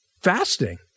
Fasting